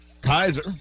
Kaiser